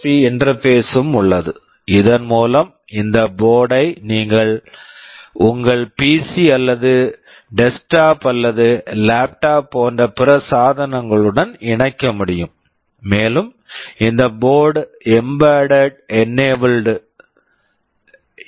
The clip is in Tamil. பி USB இன்டெர்பேஸ் interface -ம் உள்ளது இதன் மூலம் இந்த போர்ட்டு board ஐ உங்கள் பிசி PC அல்லது டெஸ்க்டாப் desktop அல்லது லேப்டாப் laptop போன்ற பிற சாதனங்களுடன் இணைக்க முடியும் மேலும் இந்த board board mbed enabled mbed enabled